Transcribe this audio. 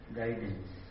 guidance